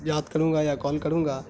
یاد کروں گا یا کال کروں گا